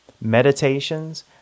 meditations